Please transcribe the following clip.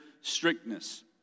strictness